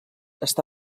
està